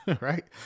right